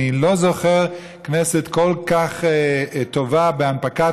אני לא זוכר כנסת כל כך טובה בהנפקת